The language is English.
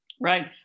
Right